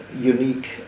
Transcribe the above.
unique